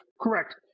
Correct